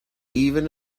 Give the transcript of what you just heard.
even